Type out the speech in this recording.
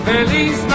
Feliz